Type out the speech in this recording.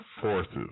forces